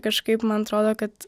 kažkaip man atrodo kad